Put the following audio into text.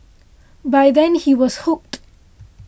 by then he was hooked